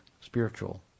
spiritual